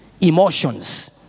Emotions